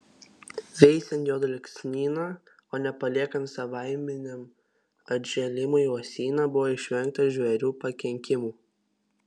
veisiant juodalksnyną o ne paliekant savaiminiam atžėlimui uosyną buvo išvengta žvėrių pakenkimų